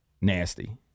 nasty